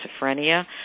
schizophrenia